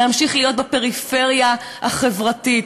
להמשיך להיות בפריפריה החברתית.